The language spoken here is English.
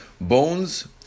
bones